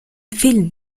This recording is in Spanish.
film